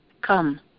come